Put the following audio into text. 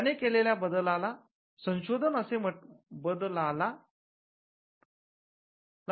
त्याने केलेल्या बद्लाला संशोधन असे म्हटले जाऊ शकते